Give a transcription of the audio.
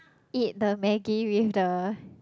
eat the Maggi with the